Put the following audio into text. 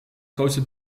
grootste